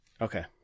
Okay